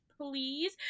please